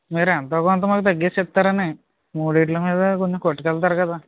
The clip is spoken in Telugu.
మీరు ఎంతో కొంత మాకు తగ్గించి ఇస్తారని మూడింటిల మీద కొంచెం కొట్టుకెళ్తారు కదా